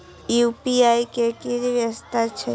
UPI के कि विषेशता छै?